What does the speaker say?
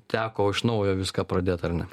teko iš naujo viską pradėt ar ne